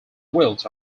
wheels